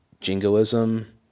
jingoism